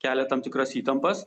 kelia tam tikras įtampas